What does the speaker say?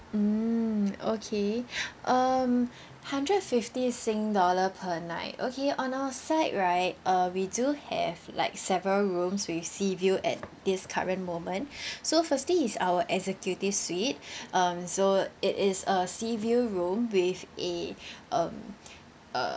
mm okay um hundred fifty sing dollar per night okay on our side right uh we do have like several rooms with sea view at this current moment so firstly is our executive suite um so it is a sea view room with a um uh